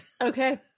Okay